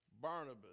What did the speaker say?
Barnabas